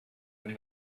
than